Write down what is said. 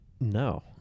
No